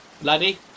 Bloody